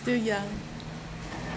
still young